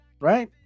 right